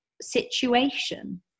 situation